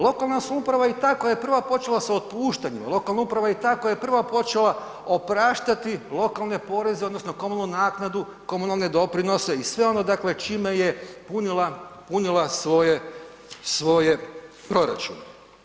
Lokalna samouprava je i ta koja je prva počela sa otpuštanjima, lokalna samouprava je i ta koja je prva počela opraštati lokalne poreze odnosno komunalnu naknadu, komunalne doprinose i sve ono dakle čime je punila svoje proračune.